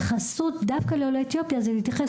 לכן ההתייחסות דווקא לעולי אתיופיה זה להתייחס